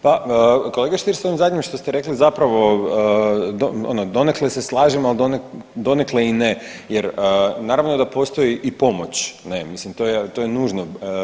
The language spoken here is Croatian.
Pa kolega Stier s ovim zadnjim što ste rekli zapravo ono donekle se slažem, ali donekle i ne jer naravno da postoji i pomoć ne, mislim to je nužno.